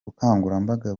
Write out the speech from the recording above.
bukangurambaga